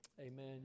Amen